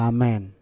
Amen